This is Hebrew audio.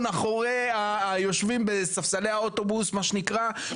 אחורי היושבים בספסלי האוטובוס מה שנקרא,